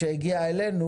הוא הגיע אלינו